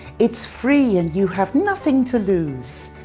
it's free and you have nothing to lose.